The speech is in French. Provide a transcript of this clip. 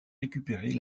récupérer